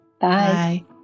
Bye